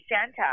Santa